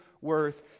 worth